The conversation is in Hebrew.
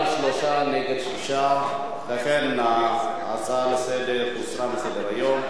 3, נגד, 6. לכן ההצעה הוסרה מסדר-היום.